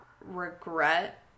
regret